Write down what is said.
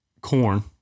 corn